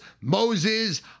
Moses